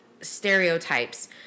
stereotypes